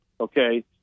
Okay